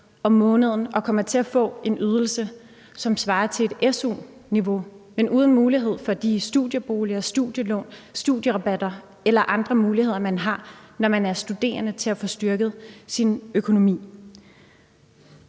og kommer til at få en ydelse, som svarer til et su-niveau, men uden mulighed for de studieboliger, studielån, studierabatter eller andre af de muligheder, man har, når man er studerende, til at få styrket sin økonomi.